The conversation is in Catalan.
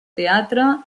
teatre